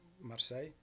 Marseille